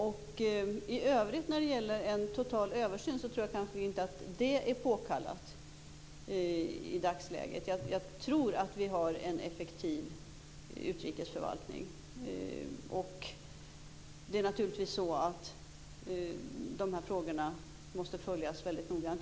I övrigt tror jag kanske inte att en total översyn är påkallad i dagsläget. Jag tror att vi har en effektiv utrikesförvaltning. Naturligtvis måste de här frågorna följas väldigt noga.